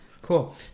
cool